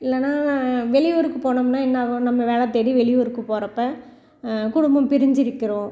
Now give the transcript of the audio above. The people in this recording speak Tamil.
இல்லைன்னா வெளியூருக்கு போனோம்னால் என்னாகும் நம்ம வேலை தேடி வெளியூருக்கு போகிறப்ப குடும்பம் பிரிஞ்சி இருக்கிறோம்